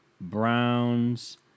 Browns